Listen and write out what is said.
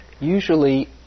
Usually